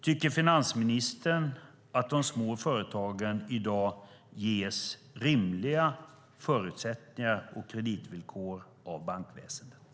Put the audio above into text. Tycker finansministern att de små företagen i dag ges rimliga förutsättningar och kreditvillkor av bankväsendet?